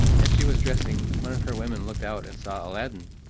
as she was dressing, one of her women looked out and saw aladdin.